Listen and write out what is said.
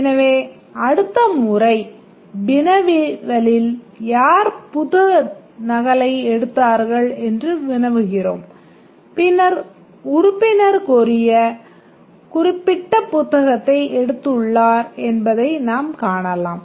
எனவே அடுத்த முறை வினவலில் யார் புத்தக நகலை எடுத்தார்கள் என்று வினவுகிறோம் பின்னர் உறுப்பினர் கோரிய குறிப்பிட்ட புத்தகத்தை எடுத்துள்ளார் என்பதை நாம் காணலாம்